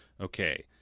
Okay